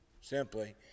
simply